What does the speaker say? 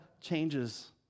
changes